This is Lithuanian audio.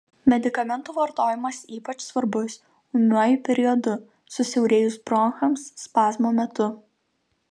medikamentų vartojimas ypač svarbus ūmiuoju periodu susiaurėjus bronchams spazmo metu